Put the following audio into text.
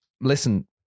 listen